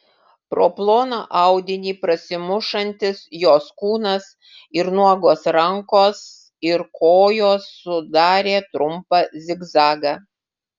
pro ploną audinį prasimušantis jos kūnas ir nuogos rankos ir kojos sudarė trumpą zigzagą